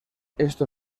esto